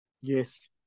Yes